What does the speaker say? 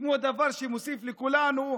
כמו דבר שמוסיף לכולנו,